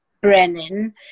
Brennan